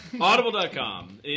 Audible.com